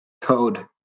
code